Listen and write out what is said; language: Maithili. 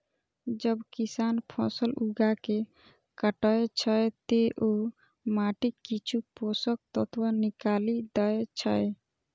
जब किसान फसल उगाके काटै छै, ते ओ माटिक किछु पोषक तत्व निकालि दै छै